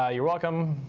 ah you're welcome.